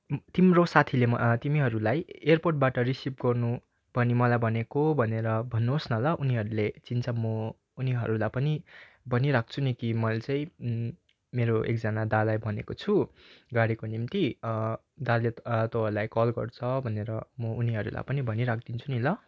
तिम्रो साथीले तिमीहरूलाई एयरपोर्टबाट रिसिभ गर्नु पनि मलाई भनेको भनेर भन्नुहोस् न ल उनीहरूले चिन्छ म उनीहरूलाई पनि भनिराख्छु नि कि मैले चाहिँ मेरो एकजना दालाई भनेको छु गाडीको निम्ति दाले तँहरूलाई कल गर्छ भनेर म उनीहरूलाई पनि भनिराखिदिन्छु नि ल